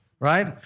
Right